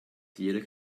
theatre